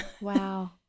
Wow